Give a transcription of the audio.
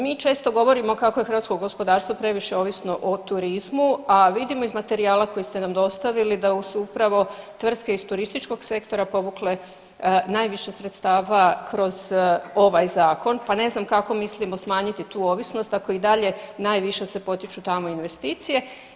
Mi često govorimo kako je hrvatsko gospodarstvo previše ovisno o turizmu, a vidimo iz materijala koji ste nam dostavili da su upravo tvrtke iz turističkog sektora povukle najviše sredstava kroz ovaj zakon pa ne znam kako mislimo smanjiti tu ovisnost ako i dalje najviše se potiču tamo investicije.